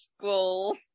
school